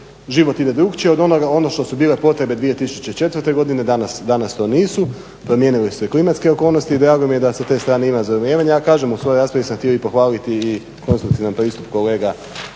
život ide drukčije od onoga, ono što su bile potrebe 2004.godine danas to nisu, promijenile su se klimatske okolnosti i drago mi je da se s te strane ima razumijevanja. Ja kažem, u svojoj raspravi sam htio i pohvaliti i konstruktivan pristup kolega